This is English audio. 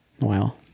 Wow